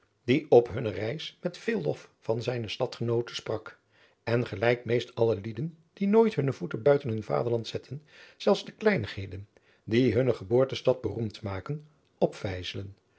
die op hunne reis met veel lof van zijne stadgenooten sprak en gelijk meest alle lieden die nooit hunne voeten buiten hun vaderland zetten zelfs de kleinigheden die hunne geboortestad beroemd maken